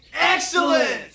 Excellent